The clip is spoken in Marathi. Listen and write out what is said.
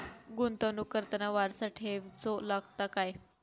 गुंतवणूक करताना वारसा ठेवचो लागता काय?